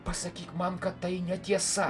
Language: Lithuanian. pasakyk man kad tai netiesa